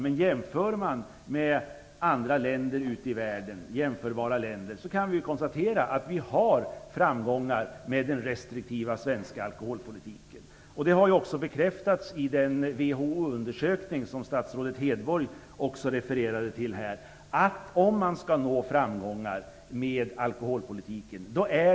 Men om vi jämför med andra länder i världen kan vi konstatera att vi har framgångar med den restriktiva svenska alkoholpolitiken. Det har också bekräftats i den WHO-undersökning som statsrådet Hedborg refererade till.